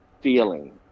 feeling